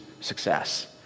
success